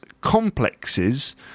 complexes